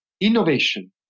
innovation